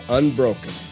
unbroken